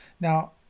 now